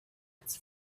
its